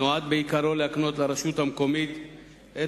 נועד בעיקרו להקנות לרשות המקומית את